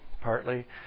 partly